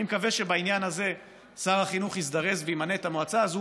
אני מקווה שבעניין הזה שר החינוך יזדרז וימנה את המועצה הזאת,